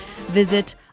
Visit